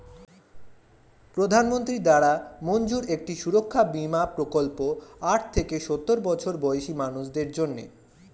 প্রধানমন্ত্রী দ্বারা মঞ্জুর একটি সুরক্ষা বীমা প্রকল্প আট থেকে সওর বছর বয়সী মানুষদের জন্যে